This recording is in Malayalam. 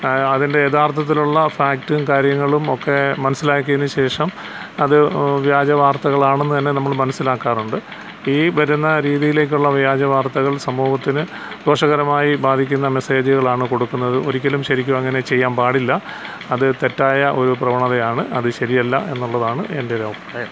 അതിൻ്റെ യഥാർത്ഥത്തിലുള്ള ഫാക്റ്റും കാര്യങ്ങളും ഒക്കെ മനസ്സിലാക്കിയതിനു ശേഷം അത് വ്യാജവാർത്തകൾ ആണെന്ന് തന്നെ നമ്മൾ മനസ്സിലാക്കാറുണ്ട് ഈ വരുന്ന രീതിയിലേക്കുള്ള വ്യാജ വാർത്തകൾ സമൂഹത്തിന് ദോഷകരമായി ബാധിക്കുന്ന മെസ്സേജുകളാണ് കൊടുക്കുന്നത് ഒരിക്കലും ശരിക്ക് അങ്ങനെ ചെയ്യാൻ പാടില്ല അത് തെറ്റായ ഒരു പ്രവണതയാണ് അത് ശരിയല്ല എന്നുള്ളതാണ് എൻ്റെ ഒരഭിപ്രായം